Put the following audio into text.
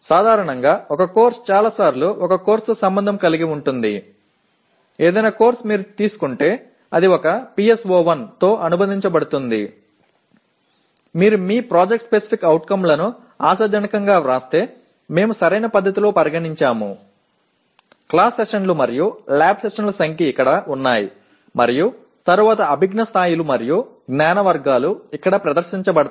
సాధారణంగా ఒక కోర్సు చాలా సార్లు ఒక కోర్సుతో సంబంధం కలిగి ఉంటుంది ఏదైనా కోర్సు మీరు తీసుకుంటే అది ఒక PSO1 తో అనుబంధించబడుతుంది మీరు మీ PSO లను ఆశాజనకంగా వ్రాస్తే మేము సరైన పద్ధతిలో పరిగణించాము క్లాస్ సెషన్లు మరియు ల్యాబ్ సెషన్ల సంఖ్య ఇక్కడ ఉన్నాయి మరియు తరువాత అభిజ్ఞా స్థాయిలు మరియు జ్ఞాన వర్గాలు ఇక్కడ ప్రదర్శించబడతాయి